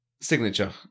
signature